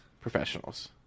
professionals